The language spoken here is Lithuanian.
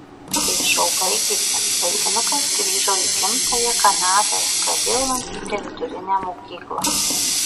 kai šou baigėsi vaikinukas grįžo į gimtąją kanadą ir pradėjo lankyti vidurinę mokyklą